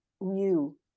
new